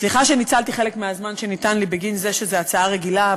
סליחה שניצלתי חלק מהזמן שניתן לי בגין זה שזו הצעה רגילה,